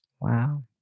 Wow